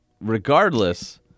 regardless